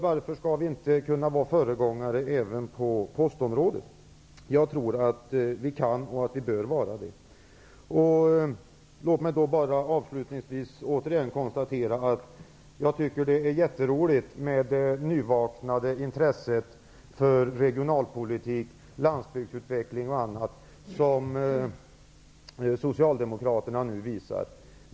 Varför skall vi inte kunna vara föregångare också på postområdet? Jag tror att vi kan och bör vara det. Låt mig avslutningsvis bara återigen konstatera att det är jätteroligt med det nyvaknade intresset för regionalpolitik, landsbygdsutveckling och annat som Socialdemokraterna nu visar.